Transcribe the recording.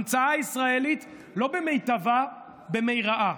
המצאה ישראלית, לא במיטבה, במירעה.